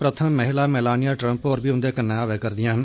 प्रथम महिला Melania Trump होर बी उन्दे कन्नै आवा करदियां न